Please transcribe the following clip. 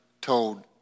told